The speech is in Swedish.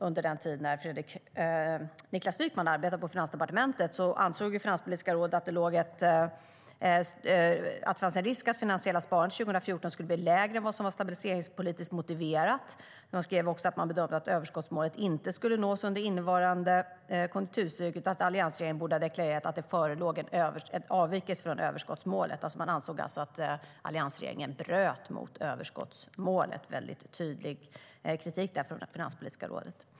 Under den tid Niklas Wykman arbetade på Finansdepartementet ansåg Finanspolitiska rådet att det fanns en risk att det finansiella sparandet 2014 skulle bli lägre än vad som var stabiliseringspolitiskt motiverat. Det skrev också att man bedömde att överskottsmålet inte skulle nås under innevarande konjunkturcykel och att alliansregeringen borde ha deklarerat att det förelåg en avvikelse från överskottsmålet. Man ansåg alltså att alliansregeringen bröt mot överskottsmålet. Det var en väldigt tydlig kritik från Finanspolitiska rådet.